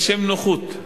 לשם נוחות.